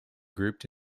grouped